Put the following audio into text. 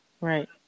right